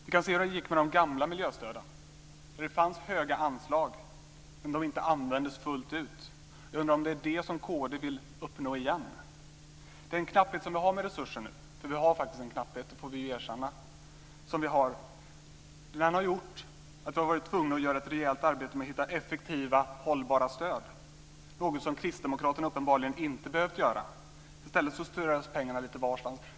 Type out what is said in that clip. Vi kan se hur det gick med de gamla miljöstöden när det fanns höga anslag och de inte användes fullt ut. Jag undrar om det är det som kd vill uppnå igen. Den knapphet med resurser som vi nu har - för vi får faktiskt erkänna att vi har en knapphet - har gjort att vi har varit tvungna att göra ett rejält arbete med att hitta effektiva och hållbara stöd, något som kristdemokraterna uppenbarligen inte behövt göra. I stället strös pengarna lite varstans.